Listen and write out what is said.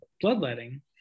bloodletting